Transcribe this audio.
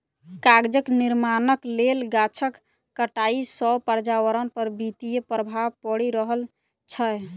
कागजक निर्माणक लेल गाछक कटाइ सॅ पर्यावरण पर विपरीत प्रभाव पड़ि रहल छै